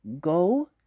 go